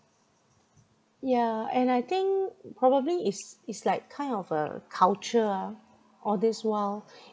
yeah and I think probably is is like kind of a culture ah all this while